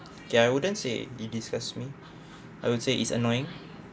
okay I wouldn't say it disgust me I would say is annoying